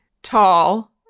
tall